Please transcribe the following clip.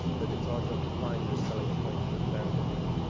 but it's our job to find those selling points that are buried in there.